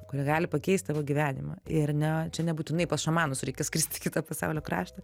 kurie gali pakeist tavo gyvenimą ir ne čia nebūtinai pas šamanus reikia skrist į kitą pasaulio kraštą